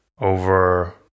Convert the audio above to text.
over